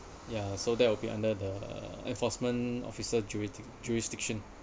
ya so that will be under the enforcement officer juri~ jurisdiction